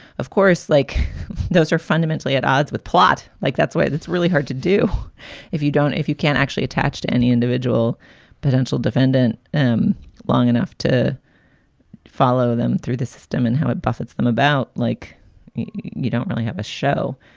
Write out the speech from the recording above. of course, like those are fundamentally at odds with plot. like, that's why it's really hard to do if you don't if you can't actually attach to any individual potential defendant um long enough to follow them through the system and how it but fits them about like you don't really have a show.